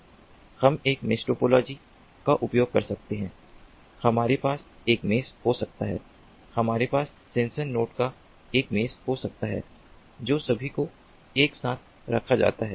हम एक mesh topology का उपयोग कर सकते हैं हमारे पास एक मेष हो सकता है हमारे पास सेंसर नोड का एक मेष हो सकता है जो सभी को एक साथ रखा जाता है